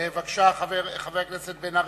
חבר הכנסת בן-ארי,